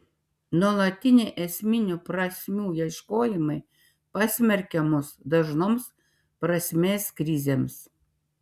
nuolatiniai esminių prasmių ieškojimai pasmerkia mus dažnoms prasmės krizėms